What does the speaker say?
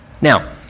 Now